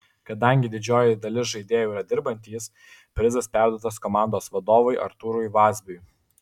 kadangi didžioji dalis žaidėjų yra dirbantys prizas perduotas komandos vadovui artūrui vazbiui